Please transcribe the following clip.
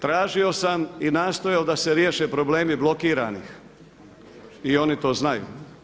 Tražio sam i nastojao da se riješe problemi blokiranih i oni to znaju.